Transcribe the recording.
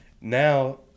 now